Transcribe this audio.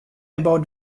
about